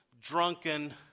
drunken